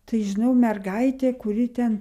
tai žinau mergaitė kuri ten